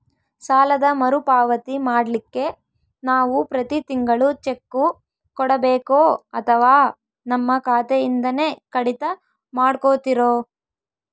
ಸಾಲದ ಮರುಪಾವತಿ ಮಾಡ್ಲಿಕ್ಕೆ ನಾವು ಪ್ರತಿ ತಿಂಗಳು ಚೆಕ್ಕು ಕೊಡಬೇಕೋ ಅಥವಾ ನಮ್ಮ ಖಾತೆಯಿಂದನೆ ಕಡಿತ ಮಾಡ್ಕೊತಿರೋ?